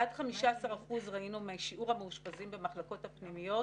עד 15% זה שיעור המאושפזים במחלקות הפנימיות